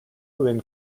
within